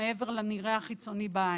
מעבר לנראה החיצוני בעין.